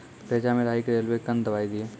रेचा मे राही के रेलवे कन दवाई दीय?